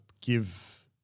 give